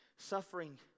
Suffering